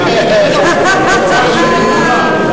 אבל זה לא שלוש הצבעות שמיות.